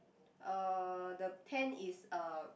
uh the hand is uh